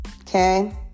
okay